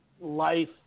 life